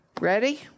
Ready